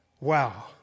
Wow